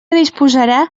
disposarà